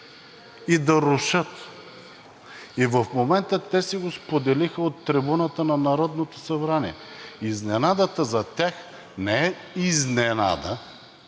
и да рушат. В момента те го споделиха от трибуната на Народното събрание. Изненадата за тях не е изненада,